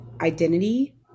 identity